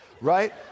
right